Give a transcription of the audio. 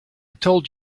told